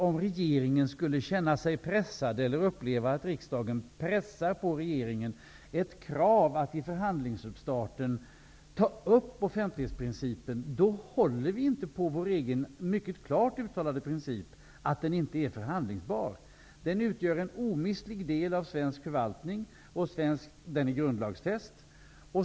Om regeringen skulle uppleva att riksdagen pressar på regeringen ett krav att i förhandlingsstarten ta upp offentlighetsprincipen, håller vi inte på vår egen mycket klart uttalade princip att den inte är förhandlingsbar. Den utgör en omistlig del av svensk förvaltning. Den är grundlagsfäst.